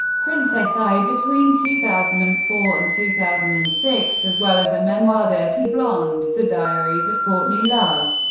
princess ai, between two thousand and four and two thousand and six, as well as a memoir, dirty dirty blonde the diaries of courtney love.